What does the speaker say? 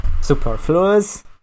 Superfluous